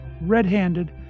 Red-Handed